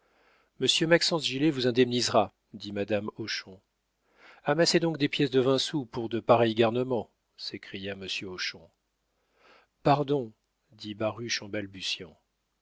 maxence gilet vous indemnisera dit madame hochon amassez donc des pièces de vingt sous pour de pareils garnements s'écria monsieur hochon pardon dit baruch en balbutiant